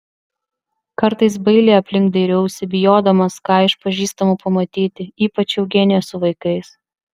kartais bailiai aplink dairiausi bijodamas ką iš pažįstamų pamatyti ypač eugeniją su vaikais